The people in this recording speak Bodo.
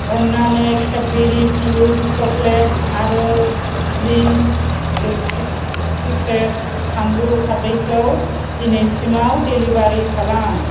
अन्नानै केडबेरि प्युज चकलेट आरो जिंस सिक्रेट फामलु खारदैखौ दिनैसिमाव डेलिबारि खालाम